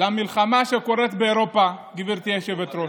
למלחמה שקורית באירופה, גברתי היושבת-ראש,